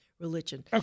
religion